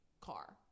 car